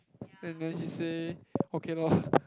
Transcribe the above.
and then she say okay lor